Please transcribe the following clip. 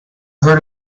heard